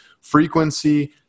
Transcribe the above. frequency